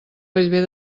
bellver